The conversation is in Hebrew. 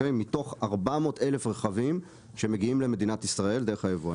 מתוך 400,000 רכבים שמגיעים למדינת ישראל דרך היבואנים.